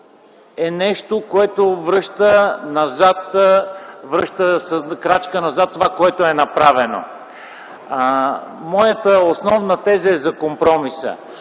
е нещо, което връща назад с крачка това, което е направено. Моята основна теза е за компромиса.